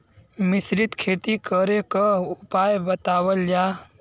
मिश्रित खेती करे क उपाय बतावल जा?